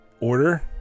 order